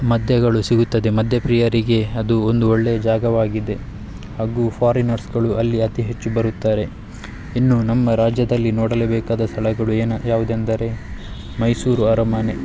ಮದ್ಯಗಳು ಸಿಗುತ್ತದೆ ಮದ್ಯ ಪ್ರಿಯರಿಗೆ ಅದು ಒಂದು ಒಳ್ಳೆಯ ಜಾಗವಾಗಿದೆ ಹಾಗೂ ಫಾರಿನರ್ಸ್ಗಳು ಅಲ್ಲಿ ಅತಿ ಹೆಚ್ಚು ಬರುತ್ತಾರೆ ಇನ್ನು ನಮ್ಮ ರಾಜ್ಯದಲ್ಲಿ ನೋಡಲೇ ಬೇಕಾದ ಸ್ಥಳಗಳು ಏನು ಯಾವುದೆಂದರೆ ಮೈಸೂರು ಅರಮನೆ